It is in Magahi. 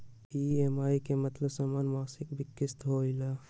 ई.एम.आई के मतलब समान मासिक किस्त होहई?